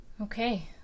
Okay